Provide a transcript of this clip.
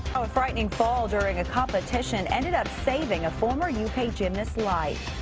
a frightening fall during a competition. ended up saving a former u k gymnast's life.